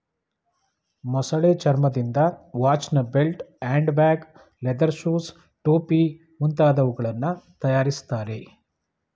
ಮೊಸಳೆ ಚರ್ಮದಿಂದ ವಾಚ್ನ belt, hand bag, leather shoes, ಟೋಪಿ ಮುಂತಾದವುಗಳನ್ನು ತರಯಾರಿಸ್ತರೆ